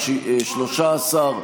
חבר הכנסת שטרן?